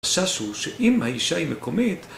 ששו שאם האישה היא מקומית